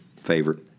favorite